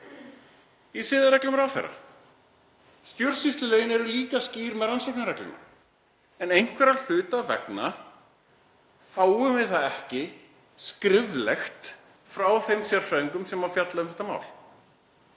í siðareglum ráðherra. Stjórnsýslulögin eru líka skýr með rannsóknarregluna en einhverra hluta vegna fáum við það ekki skriflegt frá þeim sérfræðingum sem fjalla um þetta mál.